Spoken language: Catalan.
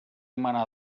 humana